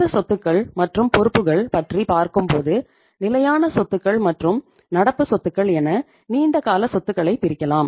இந்த சொத்துக்கள் மற்றும் பொறுப்புக்கள் பற்றி பார்க்கும்போது நிலையான சொத்துக்கள் மற்றும் நடப்பு சொத்துக்கள் என நீண்ட கால சொத்துக்களை பிரிக்கலாம்